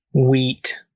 Wheat